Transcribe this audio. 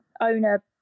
owner